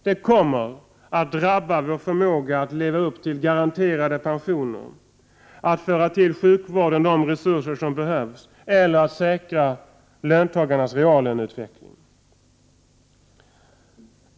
Det kommer att drabba vår förmåga att leva upp till garanterade pensioner, att föra till sjukvården de nya resurser som behövs eller att säkra löntagarnas reallöneutveckling.